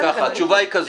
התשובה היא כזו,